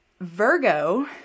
Virgo